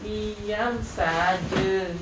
dia sahaja